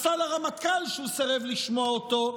עשה לרמטכ"ל כשהוא סירב לשמוע אותו,